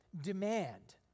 demand